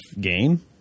game